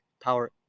power